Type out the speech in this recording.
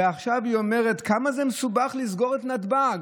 ועכשיו היא אומרת כמה זה מסובך לסגור את נתב"ג,